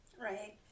Right